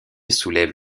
soulève